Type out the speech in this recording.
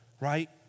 right